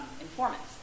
informants